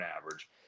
average